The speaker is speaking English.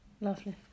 Lovely